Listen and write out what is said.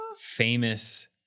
famous